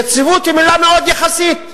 יציבות היא מלה מאוד יחסית.